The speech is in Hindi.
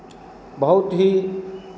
बहुत ही